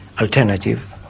alternative